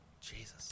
Jesus